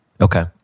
Okay